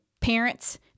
parents